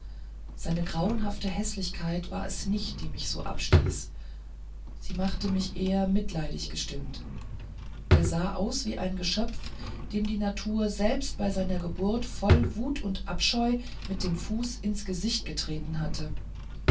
seine grauenhafte häßlichkeit war es nicht die einen so abstieß sie machte mich eher mitleidig gestimmt er sah aus wie ein geschöpf dem die natur selbst bei seiner geburt voll wut und abscheu mit dem fuß ins gesicht getreten hatte